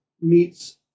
meets